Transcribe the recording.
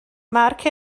mark